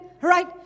Right